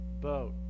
boat